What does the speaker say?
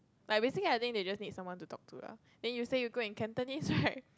like basically I think they just need someone to talk to lah then you say you good in Cantonese right